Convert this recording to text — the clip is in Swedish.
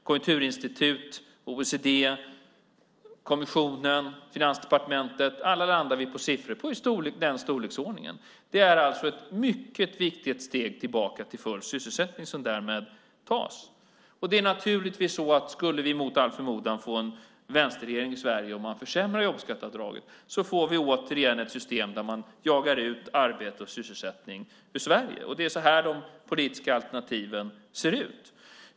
Konjunkturinstitut, OECD, kommissionen, Finansdepartementet - alla landar vi på siffror i den storleksordningen. Det är alltså ett mycket viktigt steg tillbaka till full sysselsättning som därmed tas. Det är naturligtvis så att skulle vi mot all förmodan få en vänsterregering i Sverige och man då försämrar jobbskatteavdraget får vi återigen ett system där man jagar ut arbete och sysselsättning ur Sverige. Det är så de politiska alternativen ser ut.